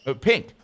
pink